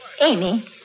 Amy